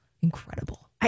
Incredible